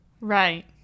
Right